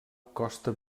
costa